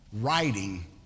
writing